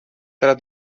tra